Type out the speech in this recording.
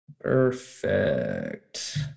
perfect